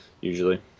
usually